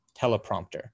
teleprompter